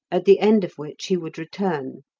at the end of which he would return.